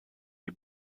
die